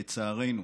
לצערנו,